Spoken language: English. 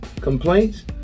complaints